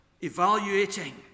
evaluating